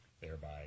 thereby